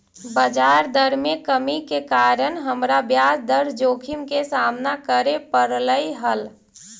बजार दर में कमी के कारण हमरा ब्याज दर जोखिम के सामना करे पड़लई हल